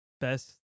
best